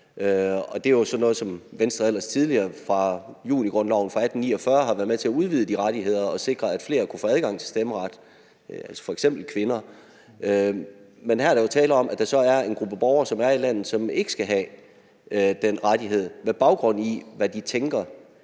rettigheder, som Venstre ellers tidligere, siden junigrundloven fra 1849, har været med til at udvide; dermed har man også sikret, at flere kunne få adgang til at stemme, altså f.eks. kvinder. Men her er der jo tale om, at der er en gruppe borgere, som er i landet, og som ikke skal have den rettighed, med baggrund i hvad de tænker